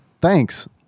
thanks